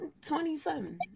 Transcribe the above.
27